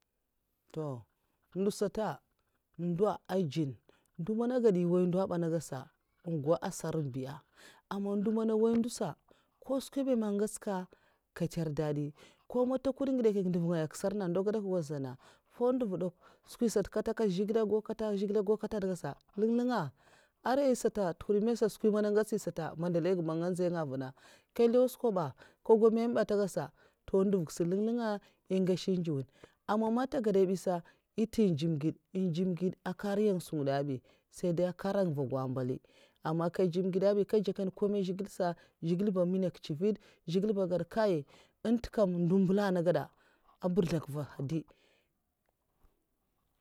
To ndo sata ndo èhn ndjuinè, ndo man'ah gada èh nwoy ndo ba nagadasa un gau asarayn biya aman ndo mana nwoya ndo'sa nko asaran mèmè ngèktsa'nga nkè ntuirè dadi ko matakwan ngèdè nkè nduv; ngaya nkusarnah mfwu ndèv dè'kw skwisata nkata nkata zhègilè ngau dè kw'mgau nkat zhigilè'nmgau nkatnagèda sa nduv ngaya nlèn nlènga a aranya sata tuhwud mansata skwi man ngotsèya mandalaiya nga man nga nzya nga nvuna n gaday nkè nlèw skwa ba nka gau mèmè bè ntè gèdsa ndo nduv gsa nlèng nlènga èhi gshè nziuwèn aman ntè gèdbisa èn ntèm ndjèm gèd kuma èn ndjèm gèd ankaèraya skwin ngida bi, sai dai akarayn nvugwa mbali amman nkè ndjim gèdabi nkè ndjakwan komai nriya zhigilè'sa, zhigilè ba mwunak ncivèd zhigilè ba ngèda ntè kaii ndom mbèlan nègada mbrizlak nva nhda'bi